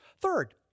Third